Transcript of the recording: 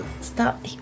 stop